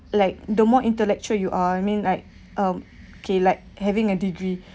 like the more intellectual you are I mean like um okay like having a degree